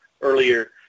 earlier